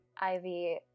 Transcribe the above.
Ivy